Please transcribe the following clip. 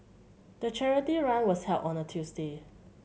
the charity run was held on a Tuesday